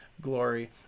glory